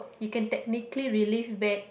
you can technically relive back